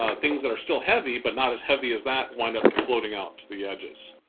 ah things that are still heavy, but not as heavy as that, wind up floating out to the edges.